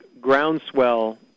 groundswell